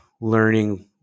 learning